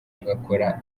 agakora